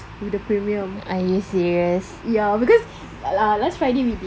with the premium ya because ah last friday we eat